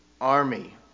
army